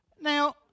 Now